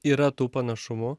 yra tų panašumų